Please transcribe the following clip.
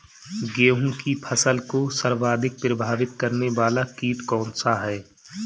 गेहूँ की फसल को सर्वाधिक प्रभावित करने वाला कीट कौनसा है?